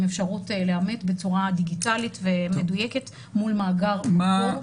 עם אפשרות לאמת בצורה דיגיטלית ומדויקת מול מאגר מקור.